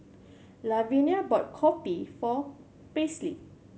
Lavinia bought kopi for Paisley